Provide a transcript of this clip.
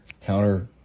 counter